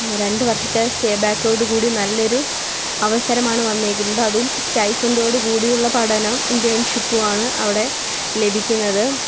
രണ്ട് വർഷത്തെ സ്റ്റേബാക്കോടുകൂടി നല്ലൊരു അവസരമാണ് വന്നിരിക്കുന്നത് അതും സ്റ്റൈപൻറോടുകൂടിയുള്ള പഠനം ഇൻറേൺഷിപ്പുമാണ് അവിടെ ലഭിക്കുന്നത്